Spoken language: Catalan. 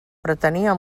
pretenia